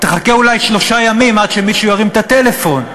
תחכה אולי שלושה ימים עד שמישהו ירים את הטלפון.